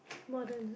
what do you